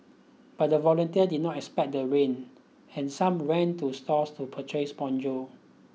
but the volunteers did not expect the rain and some ran to stores to purchase ponchos